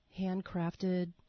handcrafted